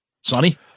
Sonny